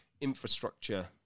infrastructure